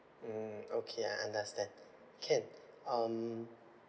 mm okay I understand can um